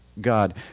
God